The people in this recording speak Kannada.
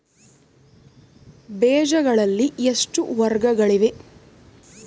ಬೇಜಗಳಲ್ಲಿ ಎಷ್ಟು ವರ್ಗಗಳಿವೆ?